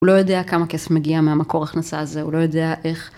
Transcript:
הוא לא יודע כמה כסף מגיע מהמקור הכנסה הזה, הוא לא יודע איך.